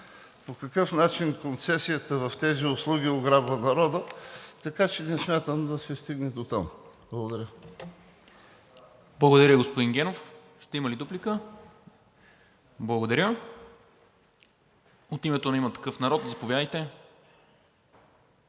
по какъв начин концесията в тези услуги ограбва народа. Така че не смятам да се стигне дотам. Благодаря. ПРЕДСЕДАТЕЛ НИКОЛА МИНЧЕВ: Благодаря, господин Генов. Ще има ли дуплика? Не. Благодаря. От името на „Има такъв народ“ – заповядайте.